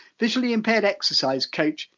visually impaired exercise coach,